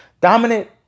Dominant